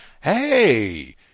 Hey